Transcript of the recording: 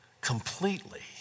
completely